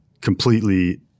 completely